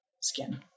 skin